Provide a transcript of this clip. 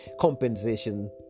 compensation